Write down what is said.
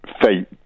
Fate